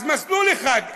אז מסלול אחד,